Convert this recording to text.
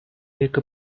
wake